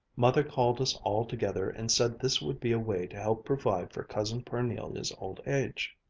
mother called us all together and said this would be a way to help provide for cousin parnelia's old age.